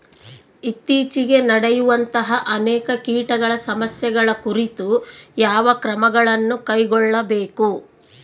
ಇತ್ತೇಚಿಗೆ ನಡೆಯುವಂತಹ ಅನೇಕ ಕೇಟಗಳ ಸಮಸ್ಯೆಗಳ ಕುರಿತು ಯಾವ ಕ್ರಮಗಳನ್ನು ಕೈಗೊಳ್ಳಬೇಕು?